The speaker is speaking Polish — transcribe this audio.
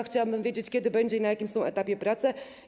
Chciałabym wiedzieć, kiedy będzie i na jakim etapie są prace.